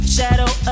Shadow